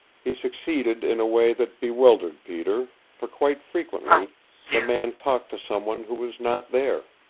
he succeeded in a way that bewildered peter, for quite frequently the man talked to someone who was not there.